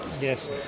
Yes